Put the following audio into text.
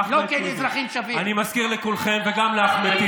לא כאל אזרחים שווים.